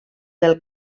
del